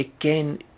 again